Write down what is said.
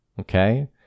Okay